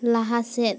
ᱞᱟᱦᱟ ᱥᱮᱫ